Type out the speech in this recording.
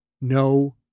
No